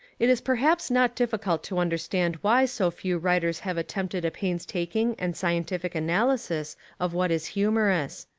it is perhaps not difficult to understand why so few writers have attempted a painstaking and scientific analysis of what is humorous.